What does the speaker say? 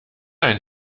ein